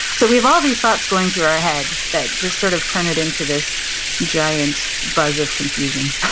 so, we have all these thoughts going through our head that just sort of turn it into this giant buzz of confusion